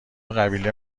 قبیله